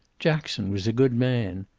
jackson was a good man.